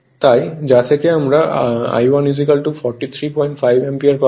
তাই যা থেকে আমরা I1 435 অ্যামপিয়ার পাবো